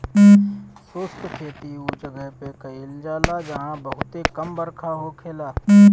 शुष्क खेती उ जगह पे कईल जाला जहां बहुते कम बरखा होखेला